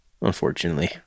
unfortunately